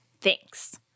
Thanks